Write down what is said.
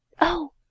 Oh